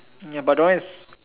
ya but the one is